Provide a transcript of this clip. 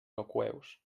aqueus